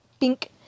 pink